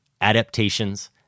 adaptations